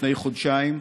לפני חודשיים,